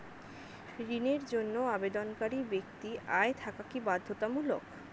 ঋণের জন্য আবেদনকারী ব্যক্তি আয় থাকা কি বাধ্যতামূলক?